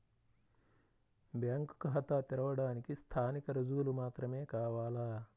Bank ఖాతా తెరవడానికి స్థానిక రుజువులు మాత్రమే కావాలా?